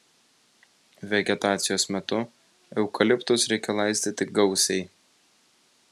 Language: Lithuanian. vegetacijos metu eukaliptus reikia laistyti gausiai